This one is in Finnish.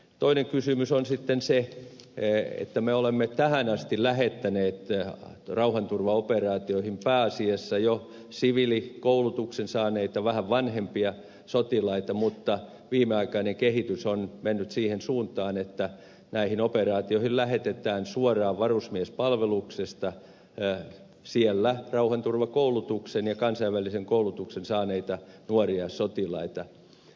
toinen kysymys on sitten se että me olemme tähän asti lähettäneet rauhanturvaoperaatioihin pääasiassa jo siviilikoulutuksen saaneita vähän vanhempia sotilaita mutta viimeaikainen kehitys on mennyt siihen suuntaan että näihin operaatioihin lähetetään suoraan varusmiespalveluksesta siellä rauhanturvakoulutuksen ja kansainvälisen koulutuksen saaneita nuoria sotilaita